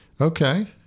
okay